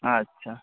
ᱟᱪᱷᱟ